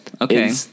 okay